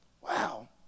Wow